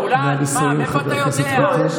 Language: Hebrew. נא לסיים, חבר הכנסת ביטון.